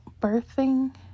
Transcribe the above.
birthing